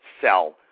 sell